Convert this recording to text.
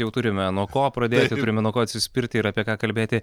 jau turime nuo ko pradėti turime nuo ko atsispirti ir apie ką kalbėti